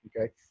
Okay